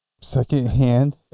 Secondhand